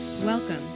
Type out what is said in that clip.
Welcome